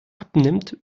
abnimmt